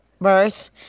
birth